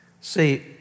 See